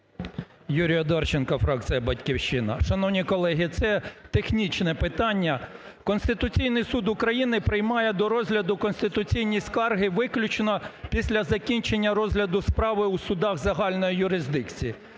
Юрій Одарченко, фракція "Батьківщина". Шановні колеги, це технічне питання. Конституційний Суд України приймає до розгляду конституційні скарги виключно після закінчення розгляду справи у судах загальної юрисдикції.